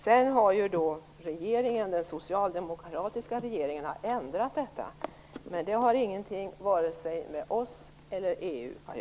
Sedan har den socialdemokratiska regeringen ändrat detta, men det har ingenting med vare sig oss eller EU att göra.